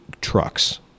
trucks